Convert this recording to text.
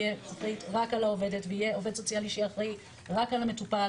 על העובדת ויהיה עו"ס שיהיה אחראי רק על המטופל,